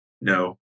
no